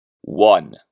One